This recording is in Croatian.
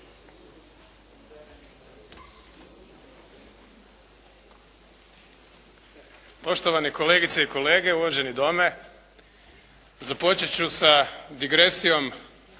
Poštovani kolegice i kolege, uvaženi Dome. Započet ću sa digresijom